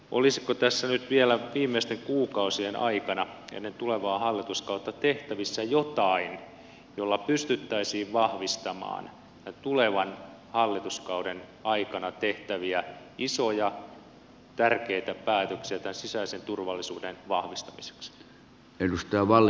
olisiko tässä vielä viimeisten kuukausien aikana ennen tulevaa hallituskautta tehtävissä jotain jolla pystyttäisiin vahvistamaan tulevan hallituskauden aikana tehtäviä isoja tärkeitä päätöksiä sisäisen turvallisuuden vahvistamiseksi